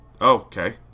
okay